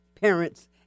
parents